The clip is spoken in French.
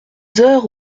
heures